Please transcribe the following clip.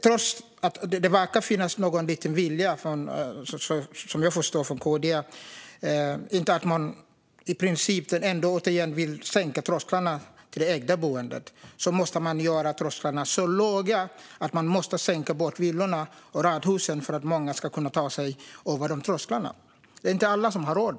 Trots att det från KD:s sida verkar finnas någon liten vilja i bostadsfrågan, som jag förstår det, är i princip den enda åtgärden att sänka trösklarna till det ägda boendet. Men man måste göra trösklarna så låga att man skänker bort villorna och radhusen för att många ska kunna ta sig över de trösklarna. Det är inte alla som har råd.